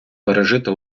пережити